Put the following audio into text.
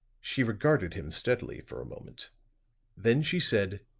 she regarded him steadily for a moment then she said